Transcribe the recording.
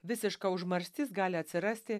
visiška užmarštis gali atsirasti